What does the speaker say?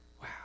wow